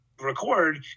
record